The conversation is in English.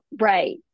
Right